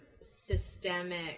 systemic